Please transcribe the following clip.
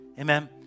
Amen